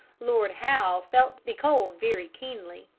lord howe felt the cold very keenly.